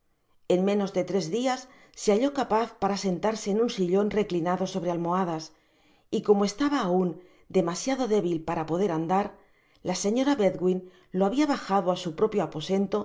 en menos de tres dias se halló capaz para sentarse en un sillon reclinado sobre almohadas y como estaba aun demasiado débil para poder andar la señora bedwin lo habia bajado á su propio aposento